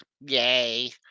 Yay